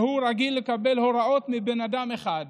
והוא רגיל לקבל הוראות מבן אדם אחד,